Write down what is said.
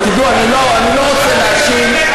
אני לא רוצה להאשים,